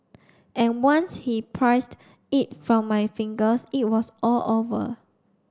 and once he'd prised it from my fingers it was all over